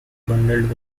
bundled